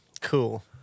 Cool